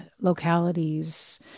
localities